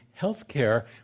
healthcare